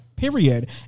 Period